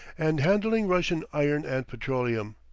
and handling russian iron and petroleum.